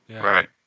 Right